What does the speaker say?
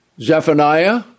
Zephaniah